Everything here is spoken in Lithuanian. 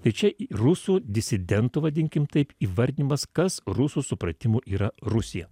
tai čia rusų disidentų vadinkim taip įvardinimas kas rusų supratimu yra rusija